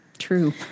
true